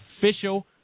official